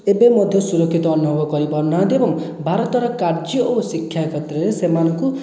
ଏବେ ମଧ୍ୟ ସୁରକ୍ଷିତ ଅନୁଭବ କରିପାରୁନାହାନ୍ତି ଏବଂ ଭାରତର କାର୍ଯ୍ୟ ଓ ଶିକ୍ଷା କ୍ଷେତ୍ରରେ ସେମାନଙ୍କୁ